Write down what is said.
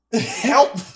Help